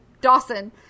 dawson